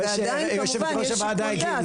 אני רואה שיושבת ראש הוועדה הגיעה,